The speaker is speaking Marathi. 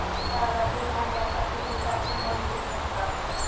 तागाचे धागे आता पूर्वीसारखे मजबूत नसतात